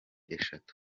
eshatu